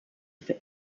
for